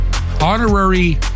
honorary